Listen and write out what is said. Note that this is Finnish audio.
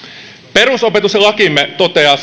perusopetuslakimme toteaa